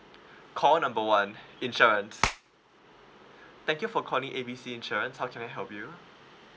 call number one insurance thank you for calling A B C insurance how can I help you